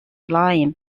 line